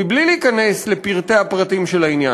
מבלי להיכנס לפרטי-הפרטים של העניין,